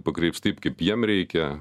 pakreips taip kaip jiem reikia